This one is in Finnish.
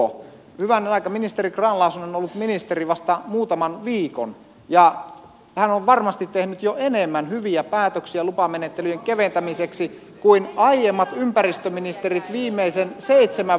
hyvänen aika ministeri grahn laasonen on ollut ministeri vasta muutaman viikon ja hän on varmasti tehnyt jo enemmän hyviä päätöksiä lupamenettelyjen keventämiseksi kuin aiemmat ympäristöministerit viimeisen seitsemän vuoden aikana